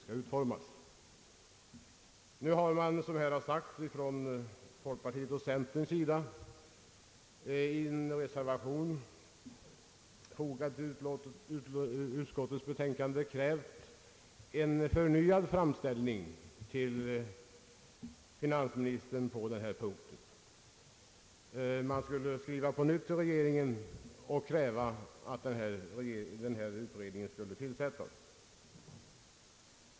Såsom framhållits av representanter för folkpartiet och centerpartiet har det i en reservation som fogats till utskottets betänkande begärts en förnyad framställning till finansministern på denna punkt. Det begärs alltså att man på nytt skulle skriva till regeringen och kräva att denna utredning tillsätts.